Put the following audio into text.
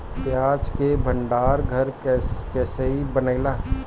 प्याज के भंडार घर कईसे बनेला?